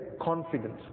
confidence